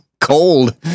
Cold